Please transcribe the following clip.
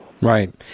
Right